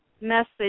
message